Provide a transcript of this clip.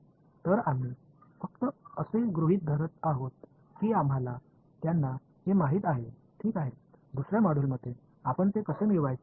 எனவே நாம் அவற்றை அறிவோம் என்று கருதுகிறோம் மற்றொரு பாடத்தில் அவற்றை எவ்வாறு பெறுவது என்பது பற்றி பேசுவோம்